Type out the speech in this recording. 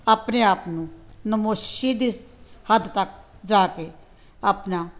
ਆਪਣੇ ਆਪ ਨੂੰ ਨਮੋਸ਼ੀ ਦੀ ਹੱਦ ਤੱਕ ਜਾ ਕੇ ਆਪਣਾ